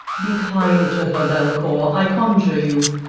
be kind to her, belcour, i conjure you.